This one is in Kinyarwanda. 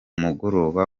mugoroba